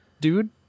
dude